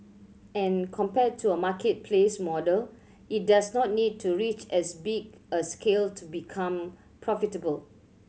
and compared to a marketplace model it does not need to reach as big a scale to become profitable